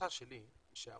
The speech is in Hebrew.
החשש שלי שלמשל